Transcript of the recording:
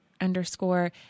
underscore